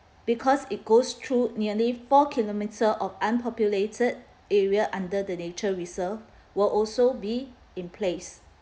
because it goes through nearly four kilometer of unpopulated area under the nature reserve will also be in place